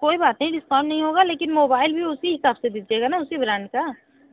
कोई बात नहीं डिस्काउन नहीं होगा लेकिन मोबाइल भी उसी हिसाब से दीजिएगा ना उसी ब्रैड का